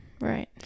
right